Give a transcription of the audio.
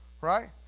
right